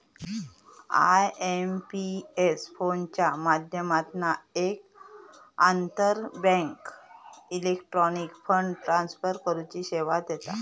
IMPS फोनच्या माध्यमातना एक आंतरबँक इलेक्ट्रॉनिक फंड ट्रांसफर करुची सेवा देता